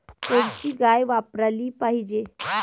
कोनची गाय वापराली पाहिजे?